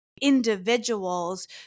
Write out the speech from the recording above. individuals